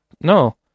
No